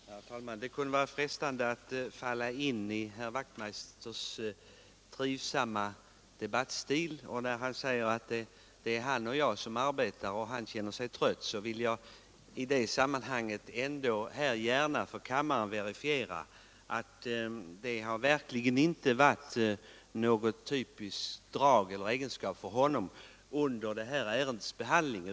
Herr talman! Det kunde vara frestande att falla in i herr Wachtmeisters i Johannishus trivsamma debattstil. När han säger att det är han och jag som arbetar, och att han känner sig trött, vill jag gärna här i kammaren säga att detta verkligen inte har varit ett typiskt drag för honom under detta ärendes behandling.